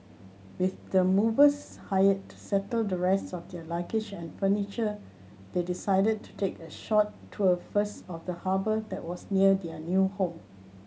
with the movers hired to settle the rest of their luggage and furniture they decided to take a short tour first of the harbour that was near their new home